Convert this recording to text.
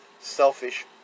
selfish